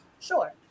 sure